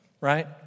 Right